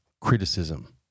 criticism